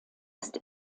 ist